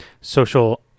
social